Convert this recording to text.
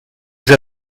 vous